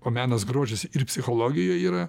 o menas grožis ir psichologijoj yra